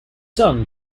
son